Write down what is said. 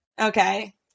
Okay